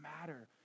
matter